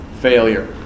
failure